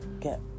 get